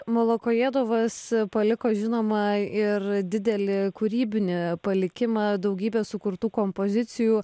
molokojėdovas paliko žinoma ir didelį kūrybinį palikimą daugybę sukurtų kompozicijų